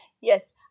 Yes